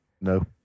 No